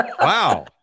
wow